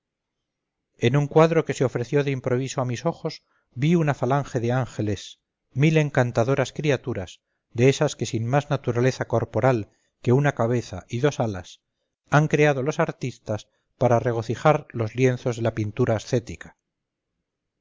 en un cuadro que se ofreció de improviso a mis ojos vi una falange de ángeles mil encantadoras criaturas de esas que sin más naturaleza corporal que una cabeza y dos alas han creado los artistas para regocijar los lienzos de la pintura ascética